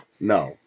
No